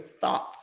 thoughts